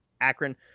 Akron